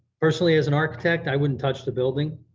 personally as an architect, i wouldn't touch the building,